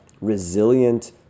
resilient